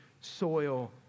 soil